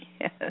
Yes